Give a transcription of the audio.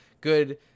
good